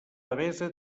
devesa